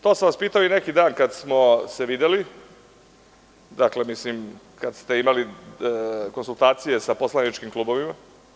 To sam vas pitao i neki dan kad smo se videli, kada ste imali konsultacije sa poslaničkim klubovima.